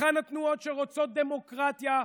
היכן התנועות שרוצות דמוקרטיה,